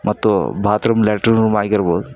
ಮತ್ತು bathroom latrine room ಆಗಿರ್ಬೋದು